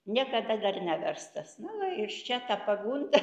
niekada dar neverstas na va iš čia ta pagunda